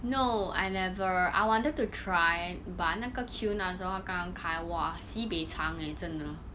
no I never I wanted to try but 那个 queue 那时候它刚刚开 !wah! sibeh 长 eh 真的